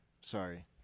sorry